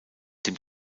dem